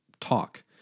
talk